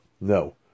No